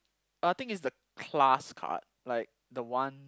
I think it's the class card like the one